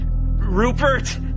Rupert